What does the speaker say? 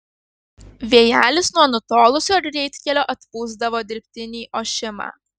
vėjelis nuo nutolusio greitkelio atpūsdavo dirbtinį ošimą